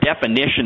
definition